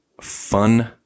fun